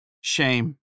shame